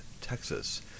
Texas